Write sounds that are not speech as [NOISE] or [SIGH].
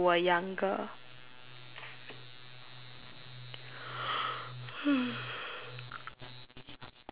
[NOISE]